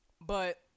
But-